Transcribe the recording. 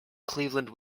cleveland